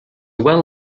well